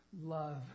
love